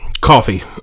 Coffee